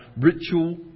ritual